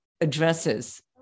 addresses